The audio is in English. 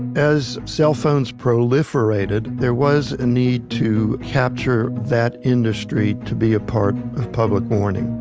as cell phones proliferated, there was a need to capture that industry to be a part of public warning.